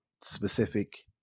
specific